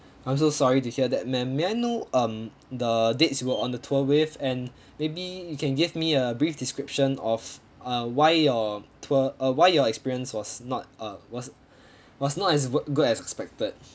I'm so sorry to hear that ma'am may I know um the dates you were on the tour with and maybe you can give me a brief description of uh why your tour uh why your experience was not uh was was not as go~ good as expected